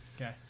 Okay